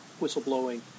whistleblowing